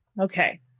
Okay